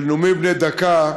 של נאומים בני דקה,